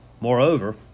Moreover